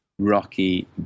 Rocky